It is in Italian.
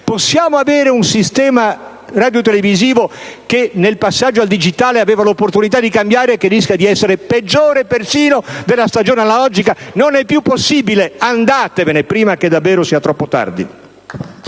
Possiamo avere un sistema radiotelevisivo, che nel passaggio al digitale aveva l'opportunità di cambiare, e che invece rischia di essere peggiore di quello della stagione analogica? Non è più possibile! Andatevene prima che davvero sia troppo tardi.